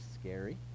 scary